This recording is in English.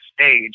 stage